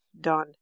done